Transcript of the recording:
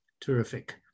terrific